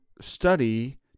study